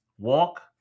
walk